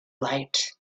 light